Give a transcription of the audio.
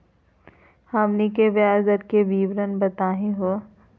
हमनी के ब्याज दर के विवरण बताही हो?